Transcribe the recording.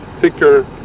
thicker